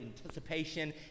anticipation